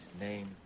name